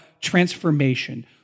transformation